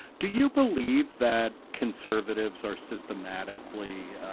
do you believe that? conservatives are systematically